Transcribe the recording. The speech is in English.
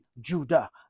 Judah